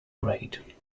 grade